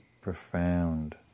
profound